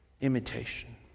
Imitation